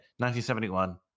1971